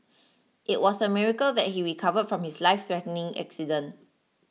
it was a miracle that he recovered from his lifethreatening accident